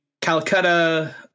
Calcutta